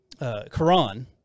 Quran